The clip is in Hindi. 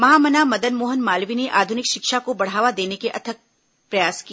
महामना मदन मोहन मालवीय ने आधुनिक शिक्षा को बढ़ावा देने के अथक प्रयास किया